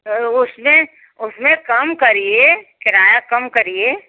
sir उसमें उसमें कम करिए किराया कम करिए